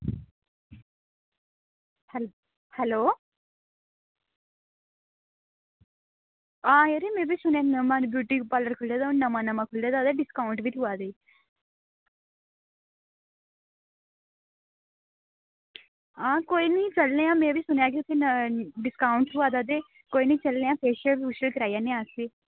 hello हां यरो में बी सुना नी नमां ब्यूटी पार्लर खु'ल्ले दा नमां नमां खु'ल्ले दा ते डिस्काउंट बी थ्होआ दा ऐ हां कोई निं चलने आं में बी सुनेआ कि उत्थै डिस्काउंट थ्होआ दा ते कोई नी चलने आं फैशियल फुशियल कराई आन्ने आं अस बी